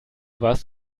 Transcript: warst